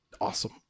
awesome